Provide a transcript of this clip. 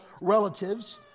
relatives